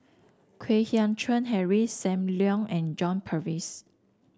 Kwek Hian Chuan Henry Sam Leong and John Purvis